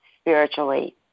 spiritually